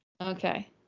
Okay